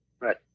right